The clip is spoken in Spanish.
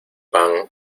pan